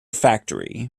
factory